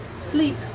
Sleep